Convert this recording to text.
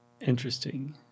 interesting